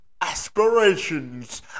aspirations